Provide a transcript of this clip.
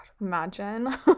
Imagine